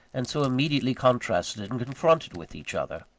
and so immediately contrasted and confronted with each other.